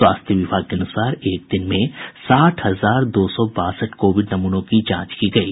स्वास्थ्य विभाग के अनुसार एक दिन में साठ हजार दो सौ बासठ कोविड नमूनों की जांच की गयी